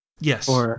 Yes